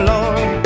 Lord